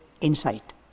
insight